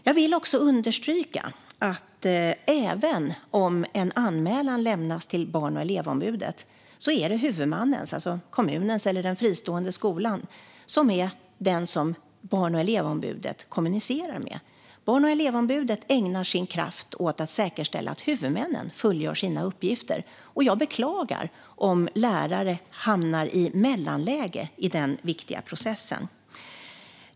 Jag vill också understryka att det är huvudmannen, det vill säga kommunen eller den fristående skolan, som Barn och elevombudet kommunicerar med när de fått en anmälan. Barn och elevombudet ägnar sin kraft åt att säkerställa att huvudmännen fullgör sina uppgifter. Jag beklagar om lärare hamnar i mellanläge i den viktiga processen.